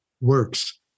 works